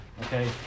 okay